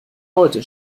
heute